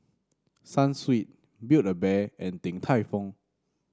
Sunsweet Build A Bear and Din Tai Fung